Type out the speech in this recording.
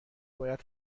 باید